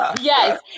yes